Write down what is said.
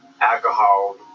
Alcohol